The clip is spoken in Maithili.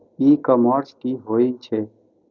ई कॉमर्स की होय छेय?